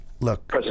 Look